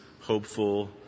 hopeful